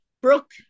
Brooke